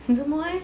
做什么 leh